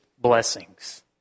Blessings